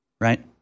Right